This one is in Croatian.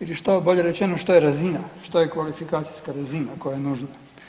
ili bolje rečeno što je razina, što je kvalifikacijska razina koja je nužna.